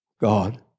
God